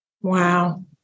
Wow